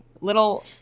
little